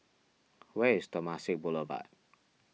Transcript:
where is Temasek Boulevard